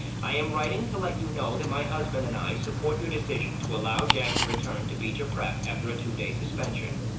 i am writing to let you know that my husband and i support your decision to allow jack to return to beecher prep after a two-day suspension.